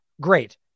Great